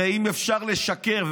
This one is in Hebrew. הרי אם אפשר לשקר,